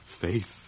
faith